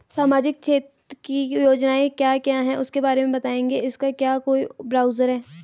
सामाजिक क्षेत्र की योजनाएँ क्या क्या हैं उसके बारे में बताएँगे इसका क्या कोई ब्राउज़र है?